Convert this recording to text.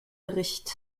bericht